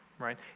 right